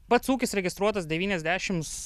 pats ūkis registruotas devyniasdešims